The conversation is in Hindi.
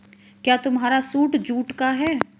क्या तुम्हारा सूट जूट का है?